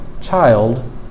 child